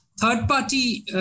Third-party